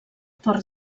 port